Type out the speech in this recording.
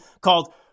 called